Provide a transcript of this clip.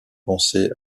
penser